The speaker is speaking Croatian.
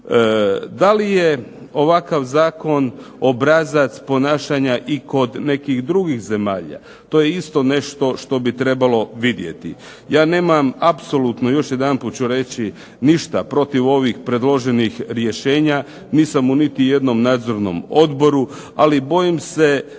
Da li je ovakav zakon obrazac ponašanja i kod nekih drugih zemalja, to je isto nešto što bi trebalo vidjeti. Ja nemam apsolutno, još jedanput ću reći, ništa protiv ovih predloženih rješenjima, nisam u niti jednom nadzornom odboru, ali bojim se